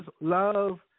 love